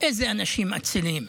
איזה אנשים אצילים,